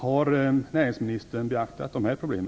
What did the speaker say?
Har näringsministern beaktat dessa problem?